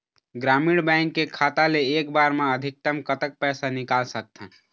ग्रामीण बैंक के खाता ले एक बार मा अधिकतम कतक पैसा निकाल सकथन?